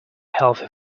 healthy